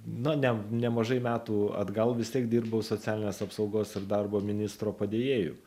na ne nemažai metų atgal vis tiek dirbau socialinės apsaugos ir darbo ministro padėjėju